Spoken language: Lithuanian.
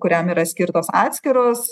kuriam yra skirtos atskiros